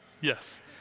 Yes